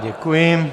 Děkuji.